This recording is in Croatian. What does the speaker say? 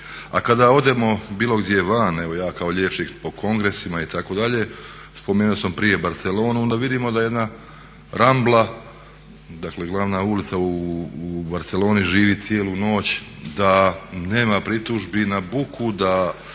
a kada odemo bilo gdje van, evo ja kao liječnik po kongresima itd. spomenuo sam prije Barcelonu, onda vidimo da jedna Rambla, dakle glavna ulica u Barceloni živi cijelu noć, da nema pritužbi na buku, da